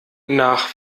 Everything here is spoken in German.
nach